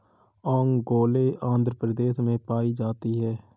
ओंगोले आंध्र प्रदेश में पाई जाती है